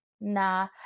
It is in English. nah